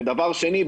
ודבר שני,